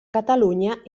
catalunya